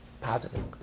positive